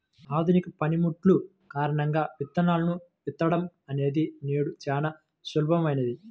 ఆధునిక పనిముట్లు కారణంగా విత్తనాలను విత్తడం అనేది నేడు చాలా సులభమైపోయింది